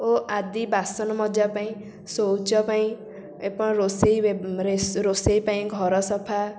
ଓ ଆଦି ବାସନ ମଜା ପାଇଁ ଶୌଚ ପାଇଁ ଆପଣ ରୋଷେଇ ରୋଷେଇ ପାଇଁ ଘର ସଫା